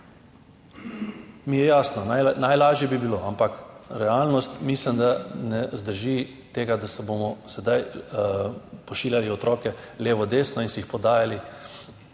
Mi je jasno, najlažje bi bilo, ampak realnost mislim, da ne zdrži tega, da bomo sedaj pošiljali otroke levo, desno in si jih podajali